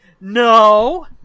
No